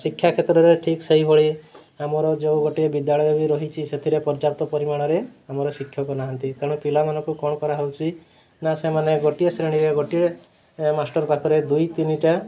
ଆଉ ଶିକ୍ଷା କ୍ଷେତ୍ରରେ ଠିକ୍ ସେହିଭଳି ଆମର ଯେଉଁ ଗୋଟିଏ ବିଦ୍ୟାଳୟ ବି ରହିଛି ସେଥିରେ ପର୍ଯ୍ୟାପ୍ତ ପରିମାଣରେ ଆମର ଶିକ୍ଷକ ନାହାନ୍ତି ତେଣୁ ପିଲାମାନଙ୍କୁ କ'ଣ କରାହେଉଛି ନା ସେମାନେ ଗୋଟିଏ ଶ୍ରେଣୀରେ ଗୋଟିଏ ମାଷ୍ଟର୍ ପାଖରେ ଦୁଇ ତିନିଟା